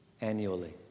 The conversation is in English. annually